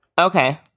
Okay